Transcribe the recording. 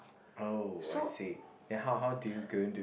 oh I see then how how do you going to